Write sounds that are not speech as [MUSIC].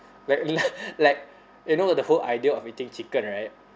like li~ [LAUGHS] like you know the whole idea of eating chicken right